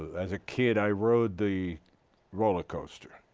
as a kid. i rode the roller coaster.